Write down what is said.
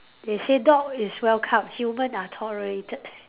they say dog is welcome human are tolerated